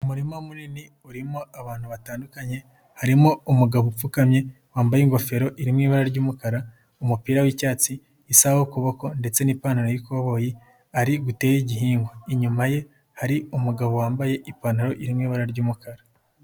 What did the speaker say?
Umurima munini, urimo abantu batandukanye, harimo umugabo upfukamye wambaye ingofero irimo ibara ry'umukara, umupira w'icyatsi, isaha ku kuboko ndetse n'ipantaro y'ikoboyi, ari gutera igihingwa, inyuma ye hari umugabo wambaye ipantaro iririmo ibara ry'umukara.